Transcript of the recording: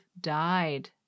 died